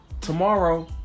Tomorrow